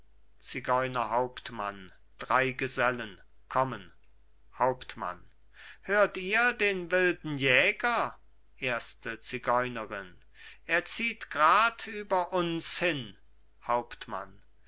hauptmann hört ihr den wilden jäger erster zigeuner er zieht grad über uns hin hauptmann